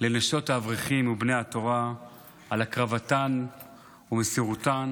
לנשות האברכים ובני התורה על הקרבתן ומסירותן